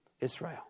Israel